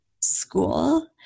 school